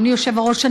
אדוני היושב-ראש,